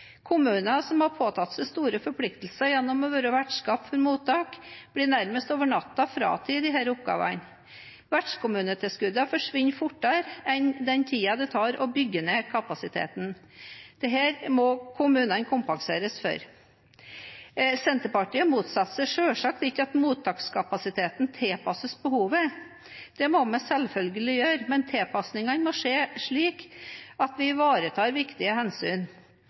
Kommuner som har påtatt seg store forpliktelser gjennom å være vertskap for mottak, blir nærmest over natta fratatt denne oppgaven. Vertskommunetilskuddene forsvinner fortere enn tida det tar å bygge ned kapasiteten. Dette må kommunene kompenseres for. Senterpartiet motsetter seg selvsagt ikke at mottakskapasiteten tilpasses behovet. Det må vi gjøre, men tilpassingene må skje slik at vi ivaretar viktige hensyn.